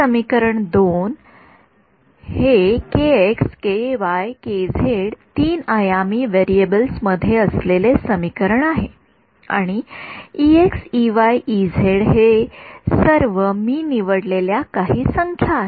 समीकरण २ हे तीन आयामी व्हेरिएबल्स मध्ये असलेले समीकरण आहे आणि हे सर्व मी निवडलेल्या काही संख्या आहेत